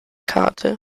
karte